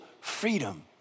freedom